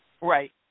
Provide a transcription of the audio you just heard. Right